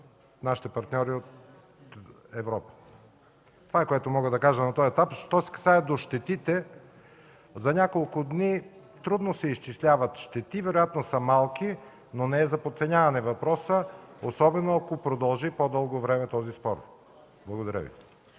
нашите партньори от Европа за съдействие. Това е, което мога да кажа на този етап. Що се касае до щетите – за няколко дни трудно се изчисляват щети, вероятно са малки, но въпросът не е за подценяване, особено ако продължи по-дълго време този спор. Благодаря Ви.